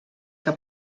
que